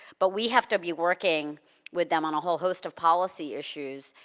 but we have to be working with them on a whole host of policy issues,